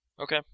Okay